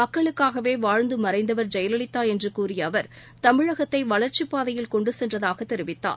மக்களுக்காகவேவாழ்ந்துமறைந்தவர் ஜெயலலிதாஎன்றுகூறியஅவர் தமிழகத்தைவளர்ச்சிப் பாதையில் கொண்டுசென்றதாகத் தெரிவித்தார்